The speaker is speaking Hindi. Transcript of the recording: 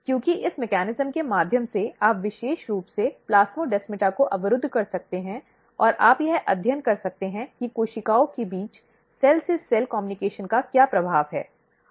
क्योंकि इस मेकॅनिज्म के माध्यम से आप विशेष रूप से प्लास्मोडेमाटा को अवरुद्ध कर सकते हैं और आप यह अध्ययन कर सकते हैं कि कोशिकाओं के बीच सेल से सेल संचार का क्या प्रभाव है